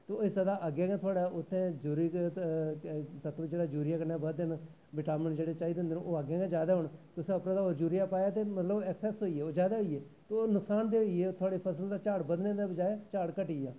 होई सकदे अग्गैं गै उत्थें यूरिक तत्व जेह्ड़े यूरिया कन्नै बधदे न बीटामीन जेह्के चाही दे होन ओह् अग्गैं गै जादा होन तुस यूरिया पाओ ते अक्सैस होइये जादा होई गे नुक्सान देह् होई गे तोआढ़ी फसल दा झाड़ बधाने दे बजाए झाड़ घटी गेआ